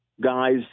guys